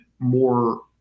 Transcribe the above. more